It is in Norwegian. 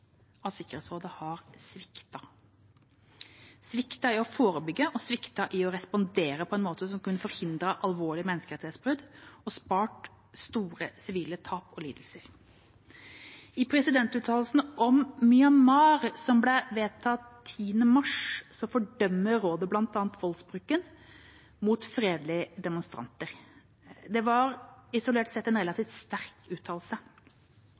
at Sikkerhetsrådet har sviktet, sviktet i å forebygge og sviktet i å respondere på en måte som kunne forhindret alvorlige menneskerettighetsbrudd og spart store sivile tap og lidelser. I presidentuttalelsen om Myanmar som ble vedtatt 10. mars, fordømmer rådet bl.a. voldsbruken mot fredelige demonstranter. Det var isolert sett en relativt sterk uttalelse,